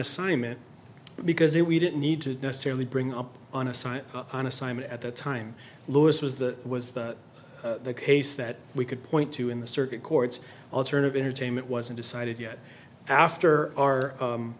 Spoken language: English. assignment because it we didn't need to necessarily bring up on a site on assignment at that time lewis was that was the case that we could point to in the circuit courts alternative entertainment was a decided yet after our